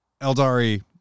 Eldari